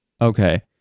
okay